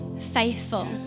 faithful